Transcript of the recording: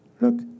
look